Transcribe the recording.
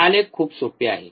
आलेख खूप सोपे आहे